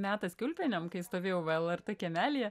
metas kiaulpienėm kai stovėjau lrt kiemelyje